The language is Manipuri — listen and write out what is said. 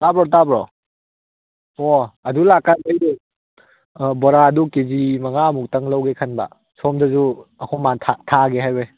ꯇꯥꯕ꯭ꯔꯣ ꯇꯥꯕ꯭ꯔꯣ ꯑꯣ ꯑꯗꯨꯗ ꯂꯥꯛꯀꯥꯟꯗꯨꯗ ꯕꯣꯔꯥꯗꯨ ꯀꯦꯖꯤ ꯃꯉꯥꯃꯨꯛꯇꯪ ꯂꯧꯒꯦ ꯈꯟꯕ ꯁꯣꯝꯗꯁꯨ ꯑꯩꯈꯣꯏ ꯃꯥꯅ ꯊꯥꯒꯦ ꯍꯥꯏꯕꯩ